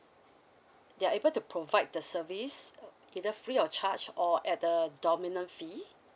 they are able to provide the service either free of charge or at a dominant fee